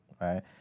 right